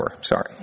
sorry